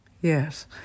Yes